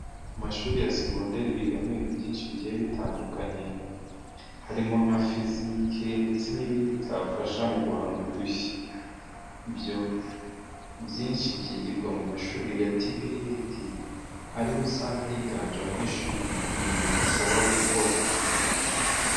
Mu mashuri ya segonderi bigamo ibintu byinshi bigiye bitandukanye, harimo nka fizike ndetse n'ibindi byabafasha mu guhanga udushya. Ibyo byinshi byigirwa mu mashuri ya tiviyeti, ariho usanga higanje abanye abanyeshuri biga ibintu basaba gukora.